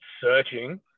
searching